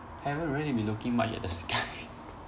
haven't really been looking much at the sky